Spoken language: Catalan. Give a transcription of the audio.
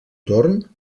torn